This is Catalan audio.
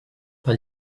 pel